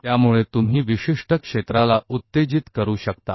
तो आप एक निश्चित क्षेत्र को उत्तेजित कर सकते हैं